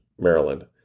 Maryland